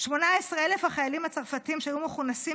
18,000 החיילים הצרפתים שהיו מכונסים